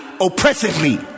oppressively